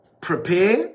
prepare